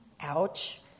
Ouch